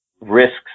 risks